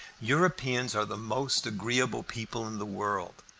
europeans are the most agreeable people in the world,